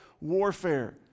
warfare